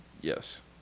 Yes